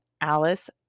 Alice